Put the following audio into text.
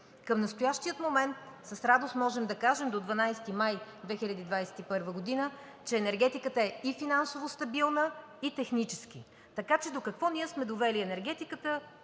Към настоящия момент с радост можем да кажем – до 12 май 2021 г., че енергетиката е и финансово, и технически стабилна. Така че до какво сме довели енергетиката